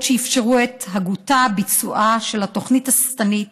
שאפשרו את הגייתה וביצועה של התוכנית השטנית.